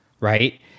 right